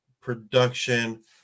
production